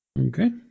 Okay